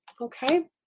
Okay